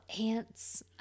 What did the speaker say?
Ants